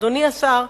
אדוני השר,